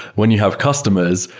when you have customers,